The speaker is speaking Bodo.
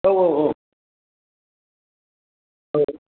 औ औ औ औ